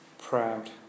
proud